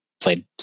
played